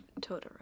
Totoro